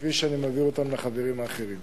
כפי שאני מעביר לחברים האחרים.